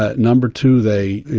ah number two, they, you